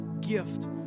gift